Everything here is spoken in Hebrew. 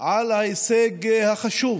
על ההישג החשוב